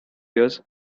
years